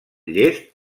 llest